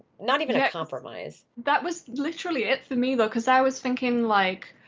not even a yeah compromise. that was literally it for me though, because i was thinking like,